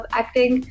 acting